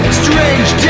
strange